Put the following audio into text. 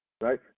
Right